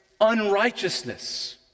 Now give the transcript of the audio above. unrighteousness